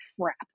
crap